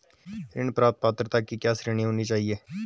ऋण प्राप्त पात्रता की क्या श्रेणी होनी चाहिए?